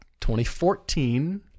2014